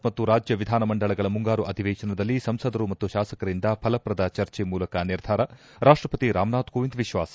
ಮುಂಬರುವ ಸಂಸತ್ ಮತ್ತು ರಾಜ್ಜ ವಿಧಾನ ಮಂಡಲಗಳ ಮುಂಗಾರು ಅಧಿವೇಶನದಲ್ಲಿ ಸಂಸದರು ಮತ್ತು ಶಾಸಕರಿಂದ ಫಲಪ್ರದ ಚರ್ಚೆ ಮೂಲಕ ನಿರ್ಧಾರ ರಾಪ್ಷಪತಿ ರಾಮ್ನಾಥ್ ಕೋವಿಂದ್ ವಿಶ್ವಾಸ